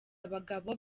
abagabo